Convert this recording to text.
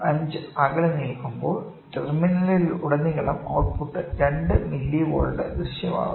5 അകലെ നീങ്ങുമ്പോൾ ടെർമിനലിലുടനീളം ഔട്ട് പുട്ട് 2 മില്ലിവോൾട്ട് ദൃശ്യമാകുന്നത്